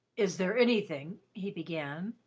is there anything, he began.